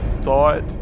thought